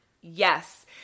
yes